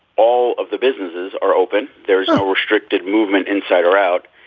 all of the businesses are open. there is a restricted movement inside or out.